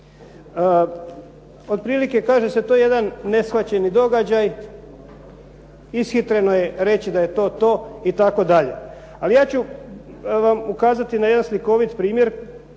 Otprilike kaže se to je jedan neshvaćeni događaj. Ishitreno je reći da je to to itd. Ali ja ću vam ukazati na jedan slikoviti primjer